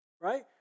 right